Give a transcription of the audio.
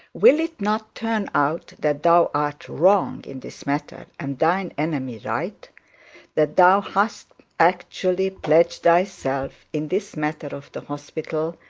will it not turn out that thou art wrong in this matter, and thine enemy right that thou hast actually pledged thyself in this matter of the hospital,